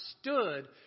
stood